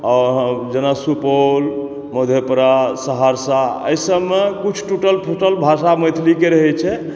आओर जेना सुपौल मधेपुरा सहरसा अइ सबमे किछु टूटल फूटल भाषा मैथिली के रहै छै